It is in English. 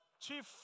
chief